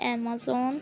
amazon